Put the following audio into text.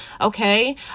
okay